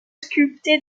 sculpté